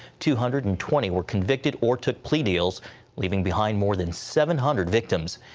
two hundred and twenty were convicted or took plea deals leaving behind more than seven hundred victims.